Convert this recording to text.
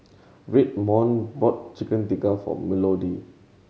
Redmond bought Chicken Tikka for Melodee